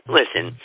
listen